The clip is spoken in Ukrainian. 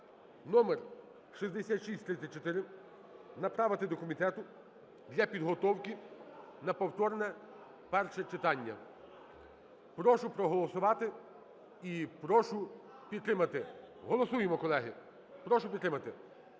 (№ 6634) направити до комітету для підготовки на повторне перше читання. Прошу проголосувати і прошу підтримати. Голосуємо, колеги, прошу підтримати,